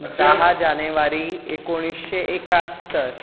धा जानेवारी एकुणीशें एकात्तर